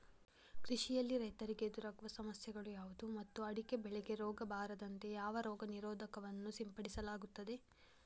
ಕೃಷಿಯಲ್ಲಿ ರೈತರಿಗೆ ಎದುರಾಗುವ ಸಮಸ್ಯೆಗಳು ಯಾವುದು ಮತ್ತು ಅಡಿಕೆ ಬೆಳೆಗೆ ರೋಗ ಬಾರದಂತೆ ಯಾವ ರೋಗ ನಿರೋಧಕ ವನ್ನು ಸಿಂಪಡಿಸಲಾಗುತ್ತದೆ?